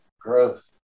growth